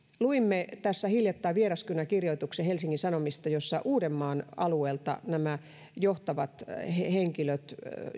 luimme tässä hiljattain vieraskynäkirjoituksen helsingin sanomista jossa uudenmaan alueelta johtavat henkilöt